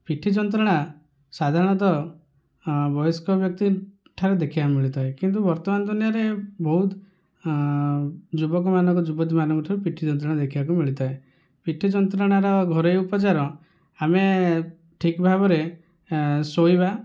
ପିଠି ଯନ୍ତ୍ରଣା ସାଧାରଣତଃ ବୟସ୍କ ବ୍ୟକ୍ତିଠାରେ ଦେଖିବାକୁ ମିଳିଥାଏ କିନ୍ତୁ ବର୍ତ୍ତମାନ ଦୁନିଆରେ ବହୁତ ଯୁବକମାନଙ୍କ ଯୁବତୀମାନଙ୍କ ଠାରେ ପିଠି ଯନ୍ତ୍ରଣା ଦେଖିବାକୁ ମିଳିଥାଏ ପିଠି ଯନ୍ତ୍ରଣାର ଘରୋଇ ଉପଚାର ଆମେ ଠିକ ଭାବରେ ଶୋଇବା